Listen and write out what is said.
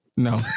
No